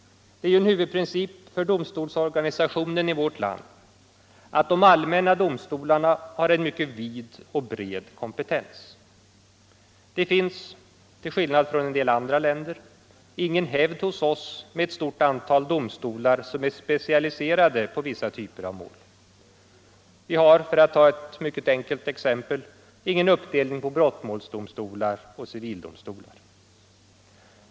Det är ju en huvudprincip för domstolsorganisationen i vårt land att de allmänna domstolarna har en mycket vid och bred kompetens. Det finns — till skillnad från förhållandena i en del andra länder — ingen hävd hos oss med ett stort antal domstolar som är specialiserade på vissa typer av mål. Vi har — för att ta ett mycket enkelt exempel — ingen uppdelning på brottmålsdomstolar och civildomstolar.